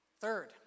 Third